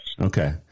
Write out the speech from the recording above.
Okay